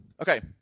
Okay